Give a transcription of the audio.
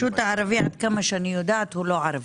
עד כמה שאני יודעת, הוא לא ערבי.